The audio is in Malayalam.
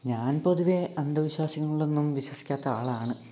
ഞാൻ പൊതുവെ അന്ധവിശ്വാസങ്ങളിലൊന്നും വിശ്വസിക്കാത്ത ആളാണ്